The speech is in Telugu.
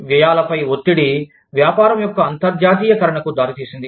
వ్యయాలపై ఒత్తిడి వ్యాపారం యొక్క అంతర్జాతీయకరణకు దారితీసింది